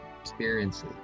experiences